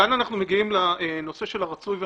וכאן אנחנו מגיעים לנושא של הרצוי והמצוי: